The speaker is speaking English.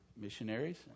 missionaries